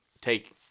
take